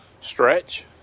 stretch